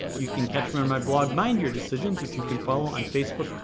you can catch me on my blog mind your decisions that you can follow on facebook,